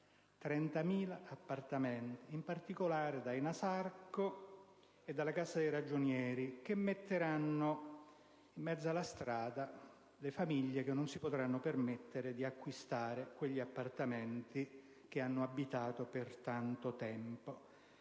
vendita a Roma, in particolare da ENASARCO e dalla Cassa dei ragionieri, che metteranno in mezzo alla strada le famiglie che non si potranno permettere di acquistare quelle case che hanno abitato per tanto tempo.